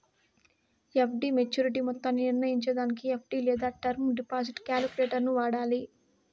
FD maturity మొత్తాన్ని నిర్నయించేదానికి FD లేదా టర్మ్ డిపాజిట్ కాలిక్యులేటరును వాడాల